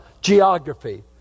geography